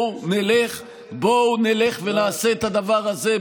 בואו נלך ונעשה את הדבר הזה,